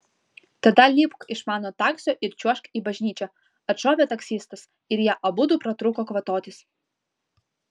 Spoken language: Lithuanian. tada lipk iš mano taksio ir čiuožk į bažnyčią atšovė taksistas ir jie abudu pratrūko kvatotis